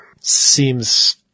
seems